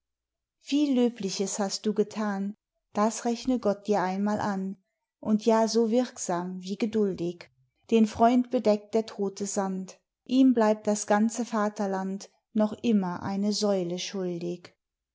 viel löbliches hast du gethan das rechne gott die einmal an und ja so wirksam wie geduldig den freund bedeckt der todte sand ihm bleibt das ganze vaterland noch immer eine säule schuldig